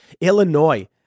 Illinois